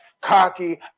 cocky